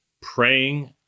praying